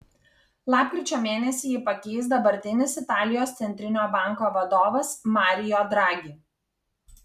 lapkričio mėnesį jį pakeis dabartinis italijos centrinio banko vadovas mario draghi